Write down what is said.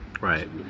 Right